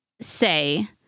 say